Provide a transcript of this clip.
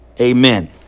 Amen